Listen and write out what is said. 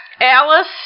Alice